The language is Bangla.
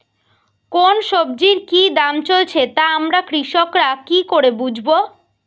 কোন সব্জির কি দাম চলছে তা আমরা কৃষক রা কি করে বুঝবো?